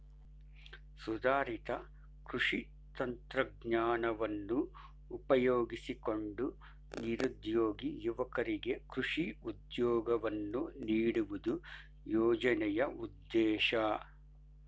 ಸುಧಾರಿತ ಕೃಷಿ ತಂತ್ರಜ್ಞಾನವನ್ನು ಉಪಯೋಗಿಸಿಕೊಂಡು ನಿರುದ್ಯೋಗಿ ಯುವಕರಿಗೆ ಕೃಷಿ ಉದ್ಯೋಗವನ್ನು ನೀಡುವುದು ಯೋಜನೆಯ ಉದ್ದೇಶ